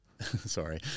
sorry